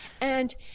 And-